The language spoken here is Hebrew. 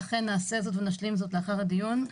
ואכן נעשה זאת ונשלים זאת לאחר הדיון.